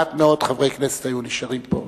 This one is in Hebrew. מעט מאוד חברי כנסת היו נשארים פה.